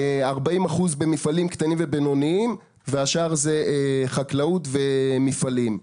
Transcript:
40% מהם במפעלים קטנים ובינוניים והשאר זה חקלאות ומפעלים.